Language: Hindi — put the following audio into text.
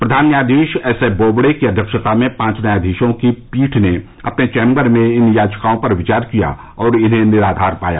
प्रधान न्यायाधीश एसए बोबड़े की अध्यक्षता में पांच न्यायाधीशों की पीठ ने अपने चैम्बर में इन याचिकाओं पर विचार किया और इन्हें निराधार पाया